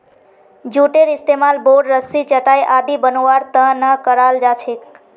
जूटेर इस्तमाल बोर, रस्सी, चटाई आदि बनव्वार त न कराल जा छेक